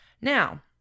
Now